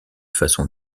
façon